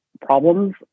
problems